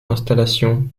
installations